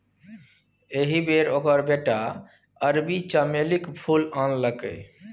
एहि बेर ओकर बेटा अरबी चमेलीक फूल आनलकै